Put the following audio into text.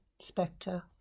spectre